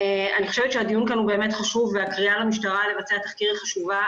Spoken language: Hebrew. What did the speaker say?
אני חושבת שהדיון שלנו באמת חשוב והקריאה למשטרה לבצע תחקיר היא חשובה,